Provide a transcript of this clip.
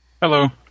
Hello